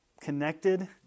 connected